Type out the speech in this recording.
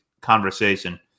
conversation